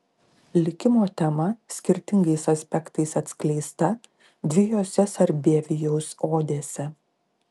likimo tema skirtingais aspektais atskleista dviejose sarbievijaus odėse